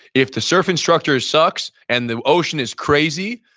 if the surf instructor sucks and the ocean is crazy,